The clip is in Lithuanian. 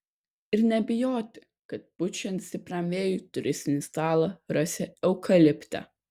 ir nebijoti kad pučiant stipriam vėjui turistinį stalą rasi eukalipte